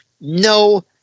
no